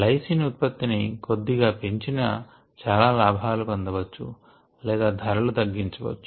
lysine ఉత్పత్తిని కొద్దిగా పెంచినా చాలా లాభాలు పొందవచ్చు లేదా ధరలు తగ్గించవచ్చు